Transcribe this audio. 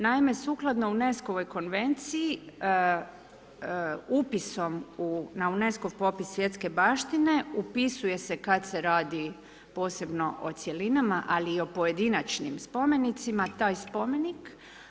Naime, sukladno UNESCO konvenciji, upisom na UNESCOV popis svjetske baštine, upisuje se kada se radi posebno o cjelinama, ali i o pojedinačnim spomenicima, taj spomenik.